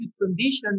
conditions